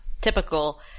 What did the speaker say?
typical